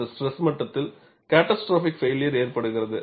இந்த ஸ்ட்ரெஸ் மட்டத்தில் catastrophic failure ஏற்படுகிறது